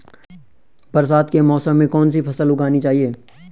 बरसात के मौसम में कौन सी फसल उगानी चाहिए?